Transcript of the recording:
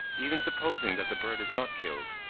even supposing that the bird is not killed,